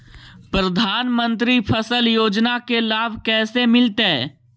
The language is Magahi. प्रधानमंत्री फसल योजना के लाभ कैसे मिलतै?